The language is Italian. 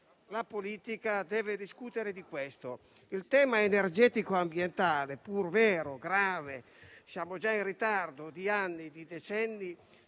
la politica devono discutere di questo. Il tema energetico e ambientale, pur vero e grave - siamo già in ritardo di anni e di decenni